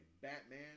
Batman